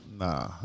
Nah